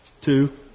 two